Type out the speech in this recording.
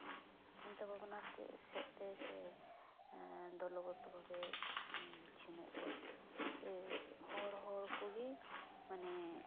ᱪᱤᱱᱛᱟᱹ ᱵᱷᱟᱵᱱᱟ ᱛᱮ ᱥᱮᱫᱛᱮ ᱥᱮ ᱫᱚᱞᱚ ᱜᱚᱛᱚ ᱵᱷᱟᱵᱮᱭ ᱵᱤᱪᱪᱷᱤᱱᱚᱭᱮᱫ ᱠᱚᱣᱟᱭ ᱡᱮ ᱦᱚᱲ ᱦᱚᱲ ᱠᱚᱜᱤ ᱢᱟᱱᱮ